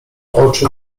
oczy